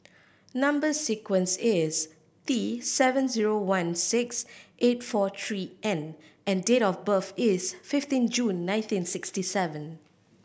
number sequence is T seven zero one six eight four three N and date of birth is fifteen June nineteen sixty seven